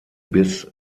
bis